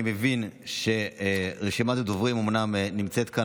אני מבין שרשימת הדוברים אומנם נמצאת כאן,